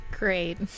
great